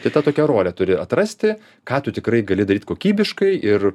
kita tokia rolė turi atrasti ką tu tikrai gali daryt kokybiškai ir